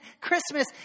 Christmas